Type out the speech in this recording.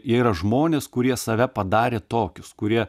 jie yra žmonės kurie save padarė tokius kurie